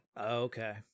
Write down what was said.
okay